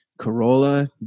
corolla